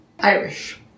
Irish